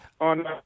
On